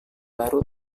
baru